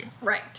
Right